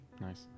Nice